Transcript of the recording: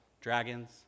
dragons